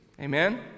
Amen